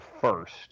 first